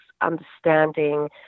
understanding